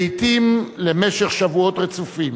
לעתים למשך שבועות רצופים,